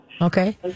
Okay